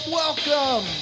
welcome